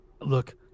Look